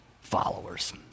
followers